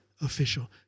official